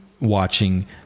Watching